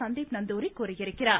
சந்தீப் நந்தூரி கூறியிருக்கிறார்